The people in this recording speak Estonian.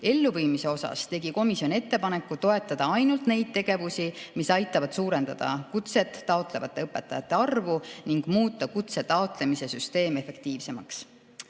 Elluviimise osas tegi komisjon ettepaneku toetada ainult neid tegevusi, mis aitavad suurendada kutset taotlevate õpetajate arvu ning muuta kutse taotlemise süsteem efektiivsemaks.